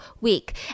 week